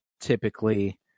typically